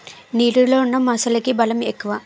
నీటిలో ఉన్న మొసలికి బలం ఎక్కువ